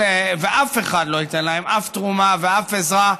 ואף אחד לא ייתן להם שום תרומה ושום עזרה,